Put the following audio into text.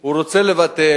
הוא רוצה לבטל,